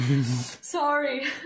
Sorry